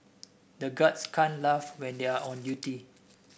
the guards can't laugh when they are on duty